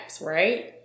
right